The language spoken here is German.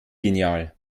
genial